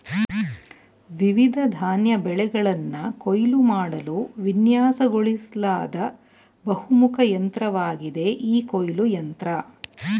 ವಿವಿಧ ಧಾನ್ಯ ಬೆಳೆಗಳನ್ನ ಕೊಯ್ಲು ಮಾಡಲು ವಿನ್ಯಾಸಗೊಳಿಸ್ಲಾದ ಬಹುಮುಖ ಯಂತ್ರವಾಗಿದೆ ಈ ಕೊಯ್ಲು ಯಂತ್ರ